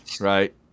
right